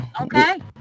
Okay